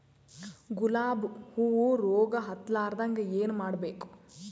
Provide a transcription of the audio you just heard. ಗುಲಾಬ್ ಹೂವು ರೋಗ ಹತ್ತಲಾರದಂಗ ಏನು ಮಾಡಬೇಕು?